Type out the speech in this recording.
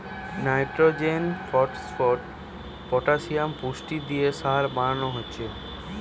nitrogen, phosphate, potassium পুষ্টি দিয়ে সার বানানা হচ্ছে